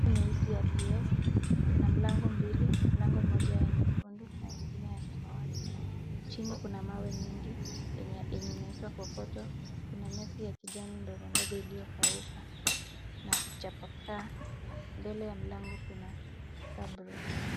Gari nyeusi ya TX. Kuna mlango mbili, mlango moja ya nyekundu na ingine ya samawati. Chini kuna mawe mingi enye inaitwa kokoto ,kuna nyasi ya kijani ndogondogo iliyokauka na kuchapakaa, mbele ya mlango kuna Cabros .